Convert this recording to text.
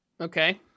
Okay